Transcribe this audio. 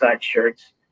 shirts